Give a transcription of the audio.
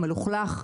מלוכלך.